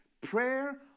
prayer